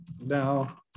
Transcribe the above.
now